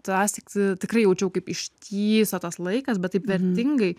tąsyk tikrai jaučiau kaip ištįso tas laikas bet taip vertingai